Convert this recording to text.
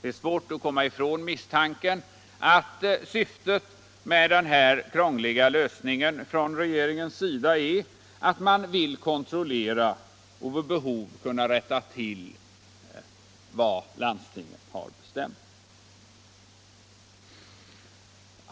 Det är svårt att komma ifrån misstanken att syftet med den här krångliga lösningen från regeringens sida är att kunna kontrollera och vid behov rätta till vad landstingen har bestämt.